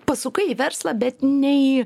pasukai į verslą bet ne į